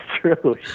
true